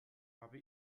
habe